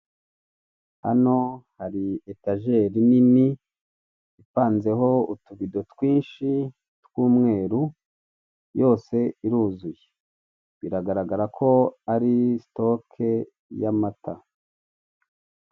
Imbere yange ndahabona amateremusi abiri, imwe ni iy'icyuma, iyindi n'iya parsitike, ndahabona na none akadobo karimo ibintu by'ibiribwa.